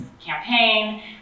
campaign